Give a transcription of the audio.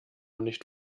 nicht